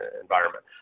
environment